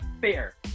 fair